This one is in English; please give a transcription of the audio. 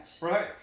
Right